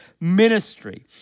ministry